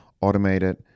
automated